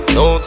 no